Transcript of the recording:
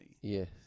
Yes